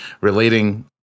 relating